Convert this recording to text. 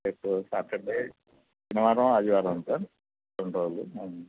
రేపు సాటర్డే శనివారం ఆదివారం సార్ రెండు రోజులు అవును